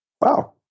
wow